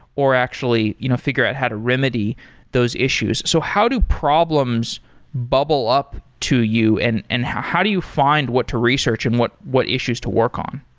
or actually you know figure out how to remedy those issues. so how do problems bubble up to you and and how how do you find what to research and what what issues to work on?